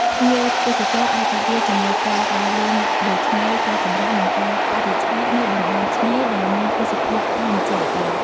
ភ្ញៀវទេសចរអាចរីករាយជាមួយការដើរលេងលើឆ្នេរ ការសម្រាក និងការបរិច្ឆេទនៅតំបន់ឆ្នេរដែលមានទេសភាពធម្មជាតិល្អ។